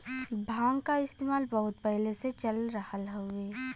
भांग क इस्तेमाल बहुत पहिले से चल रहल हउवे